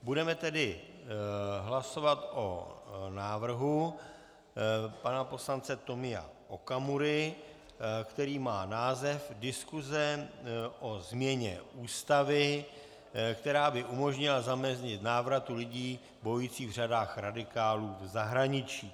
Budeme tedy hlasovat o návrhu pana poslance Tomia Okamury, který má název Diskuse o změně Ústavy, která by umožnila zamezit návrhu lidí bojujících v řadách radikálů v zahraničí.